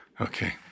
Okay